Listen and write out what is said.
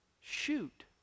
shoot